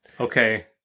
Okay